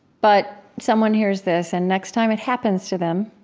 but someone hears this, and next time it happens to them,